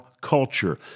culture